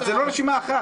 אבל זאת לא רשימה אחת.